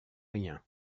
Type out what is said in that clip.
rien